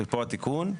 ופה התיקון,